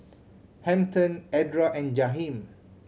Hampton Edra and Jaheem